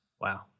wow